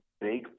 big